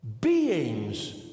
Beings